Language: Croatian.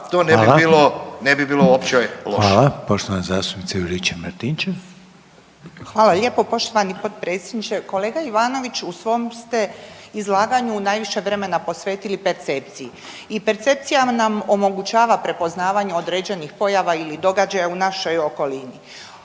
**Juričev-Martinčev, Branka (HDZ)** Hvala lijepo poštovani potpredsjedniče. Kolega Ivanović, u svom ste izlaganju najviše vremena posvetili percepciji i percepcija nam omogućava prepoznavanje određenih pojava ili događaja u našoj okolini.